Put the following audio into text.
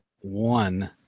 one